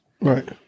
right